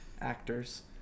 actors